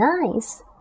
nice